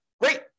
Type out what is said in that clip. Great